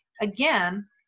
again